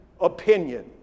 opinion